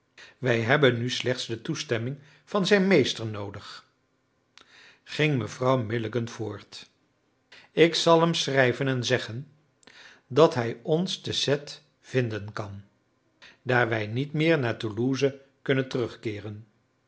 wij hebben nu nog slechts de toestemming van zijn meester noodig ging mevrouw milligan voort ik zal hem schrijven en zeggen dat hij ons te cette vinden kan daar wij niet meer naar toulouse kunnen terugkeeren